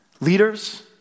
leaders